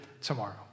tomorrow